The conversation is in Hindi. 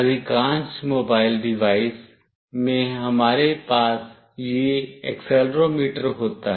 अधिकांश मोबाइल डिवाइस में हमारे पास यह एक्सेलेरोमीटर होता है